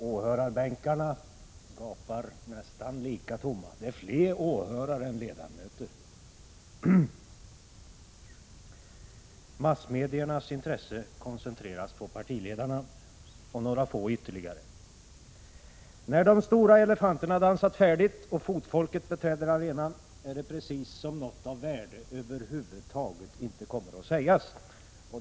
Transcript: Åhörarbänkarna gapar nästan lika tomma som bänkarna i kammaren. Men det är fler åhörare än ledamöter. Massmedias intresse koncentreras på partiledarna och ytterligare några få. När de stora elefanterna har dansat färdigt och fotfolket beträder arenan är det precis som om någonting av värde över huvud taget inte kommer att sägas.